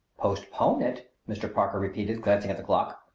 postpone it? mr. parker repeated, glancing at the clock.